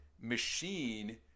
machine